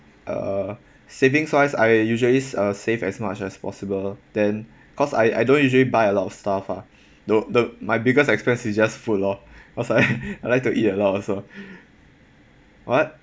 uh savings wise I usually uh save as much as possible then cause I I don't usually buy a lot of stuff ah the the my biggest expense is just food lor cause l I like to eat a lot also what